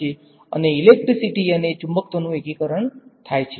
અને ઇલેક્ટ્રિસિટી અને ચુંબકત્વનું એકીકરણ થાય છે